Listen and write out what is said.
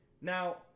Now